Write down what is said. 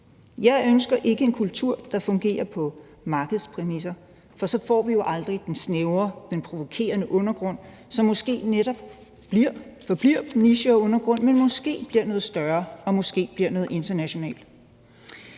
Jeg ønsker ikke en kultur, der fungerer på markedspræmisser, for så får vi jo aldrig den snævre, provokerende undergrund, som måske netop forbliver niche og undergrund, men måske bliver noget større og måske bliver noget internationalt.